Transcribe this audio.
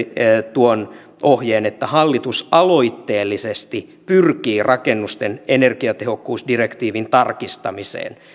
tuon ohjeen että hallitus aloitteellisesti pyrkii rakennusten energiatehokkuusdirektiivin tarkistamiseen